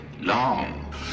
long